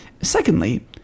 Secondly